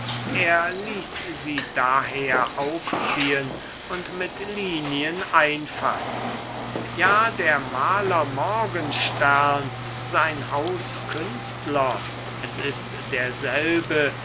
er ließ sie daher aufziehen und mit linien einfassen ja der maler morgenstern sein hauskünstler es ist derselbe